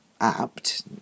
apt